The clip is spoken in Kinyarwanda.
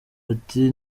ati